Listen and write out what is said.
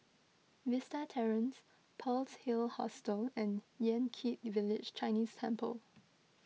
Vista Terrace Pearl's Hill Hostel and Yan Kit Village Chinese Temple